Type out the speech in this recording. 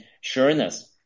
sureness